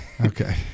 Okay